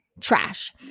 trash